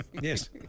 Yes